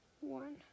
One